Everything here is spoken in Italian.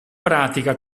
pratica